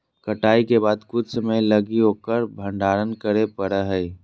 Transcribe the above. कटाई के बाद कुछ समय लगी उकर भंडारण करे परैय हइ